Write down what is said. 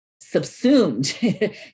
subsumed